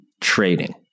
trading